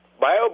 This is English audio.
bio